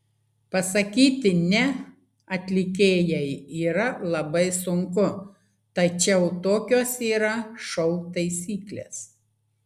pasakyti ne atlikėjai yra labai sunku tačiau tokios yra šou taisyklės